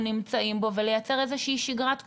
נמצאים בו ולייצר איזה שהיא שגרת קורונה,